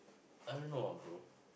I don't know ah bro